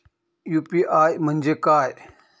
UPI म्हणजे काय?